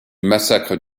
massacre